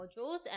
modules